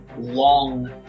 long